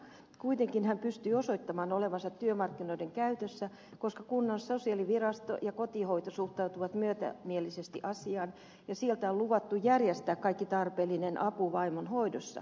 kuitenkin hän pystyy osoittamaan olevansa työmarkkinoiden käytössä koska kunnan sosiaalivirasto ja kotihoito suhtautuvat myötämielisesti asiaan ja sieltä on luvattu järjestää kaikki tarpeellinen apu vaimon hoidossa